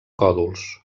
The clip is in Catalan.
còdols